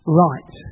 right